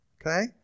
okay